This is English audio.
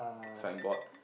signboard